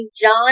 John